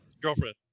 Girlfriend